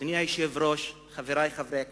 אדוני היושב-ראש, חברי חברי הכנסת,